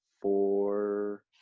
four